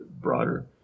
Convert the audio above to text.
broader